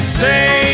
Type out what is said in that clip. say